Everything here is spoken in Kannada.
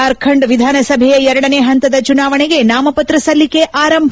ಜಾರ್ಖಂಡ್ ವಿಧಾನಸಭೆಯ ಎರಡನೇ ಹಂತದ ಚುನಾವಣೆಗೆ ನಾಮಪತ್ರ ಸಲ್ಲಿಕೆ ಆರಂಭ